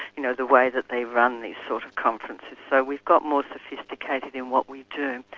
you know, the way that they run these sort of conferences, so we've got more sophisticated in what we do.